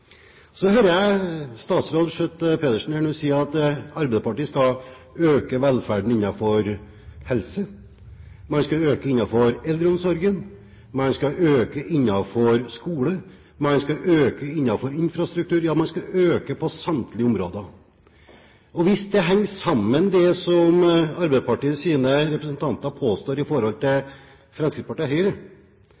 Så hører jeg statsråd Schjøtt-Pedersen her si at Arbeiderpartiet skal øke velferden innenfor helse. Man skal øke innenfor eldreomsorgen. Man skal øke innenfor skole. Man skal øke innenfor infrastruktur. Ja, man skal øke på samtlige områder. Hvis det henger sammen det som Arbeiderpartiets representanter påstår i forhold til